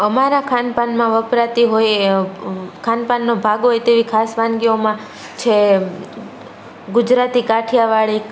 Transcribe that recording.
અમારા ખાનપાનમાં વપરાતી હોય ખાનપાનનો ભાગ હોય તેવી ખાસ વાનગીઓમાં છે ગુજરાતી કાઠીયાવાડી